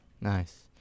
nice